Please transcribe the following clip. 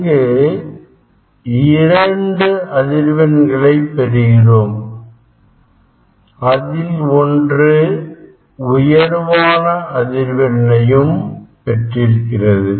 இங்கு இரண்டு அதிர்வெண் களை பெறுகிறோம் அதில் ஒன்று உயர்வான அதிர்வையும் பெற்றிருக்கிறது